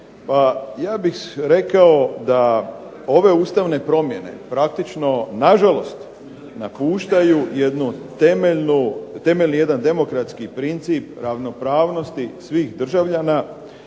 pa ja bih rekao da ove Ustavne promjene, praktično na žalost napuštaju temeljni jedan demokratski princip ravnopravnosti svih državljana,